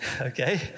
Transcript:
Okay